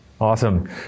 Awesome